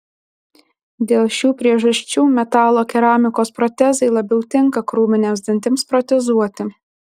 dėl šių priežasčių metalo keramikos protezai labiau tinka krūminiams dantims protezuoti